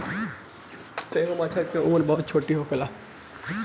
एगो मछर के उम्र बहुत छोट होखेला